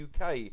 UK